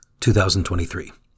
2023